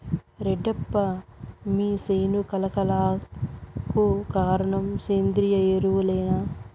రెడ్డప్ప మీ సేను కళ కళకు కారణం సేంద్రీయ ఎరువులేనా